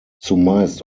zumeist